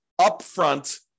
upfront